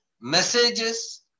messages